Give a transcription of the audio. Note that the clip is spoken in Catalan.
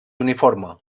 uniforme